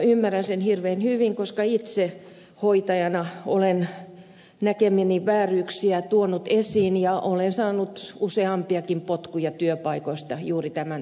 ymmärrän sen hirveän hyvin koska itse hoitajana olen näkemiäni vääryyksiä tuonut esiin ja olen saanut useampiakin potkuja työpaikoista juuri tämän takia